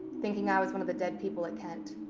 thinking i was one of the dead people at kent.